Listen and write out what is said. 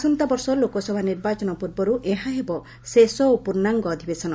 ଆସନ୍ତାବର୍ଷ ଲୋକସଭା ନିର୍ବାଚନ ପୂର୍ବରୁ ଏହା ହେବ ଶେଷ ଓ ପୂର୍ଣ୍ଣାଙ୍ଗ ଅଧିବେଶନ